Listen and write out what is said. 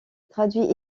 traduit